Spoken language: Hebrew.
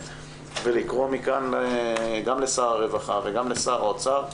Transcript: ולקרוא מכאן גם לשר הרווחה וגם לשר האוצר,